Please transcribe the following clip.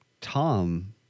Tom